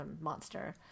monster